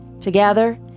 Together